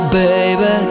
baby